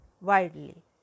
widely